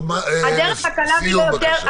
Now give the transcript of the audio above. סיום בבקשה.